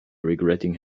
regretting